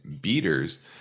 beaters